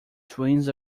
twins